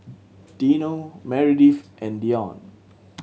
Dino Meredith and Deion